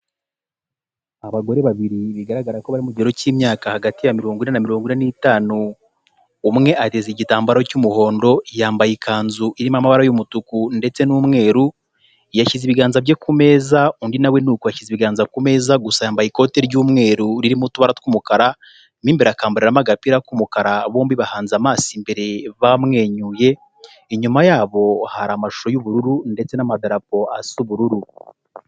Abagore babiri bigaragara ko bari mu kigero cy'imyaka hagati ya mirongo ine na mirongo n'itanu, umwe ateze igitambaro cy'umuhondo, yambaye ikanzu irimo amabara y'umutuku ndetse n'umweru, yashyize ibiganza bye ku meza, undi na we nuko yashyize ibiganza ku meza, gusa yambaye ikote ry'umweru ririmo utubara tw'umukara, mo imbere akambariramo agapira k'umukara, bombi bahanze amaso imbere bamwenyuye, inyuma yabo hari amashusho y'ubururu ndetse n'amadarapo asa ubururu.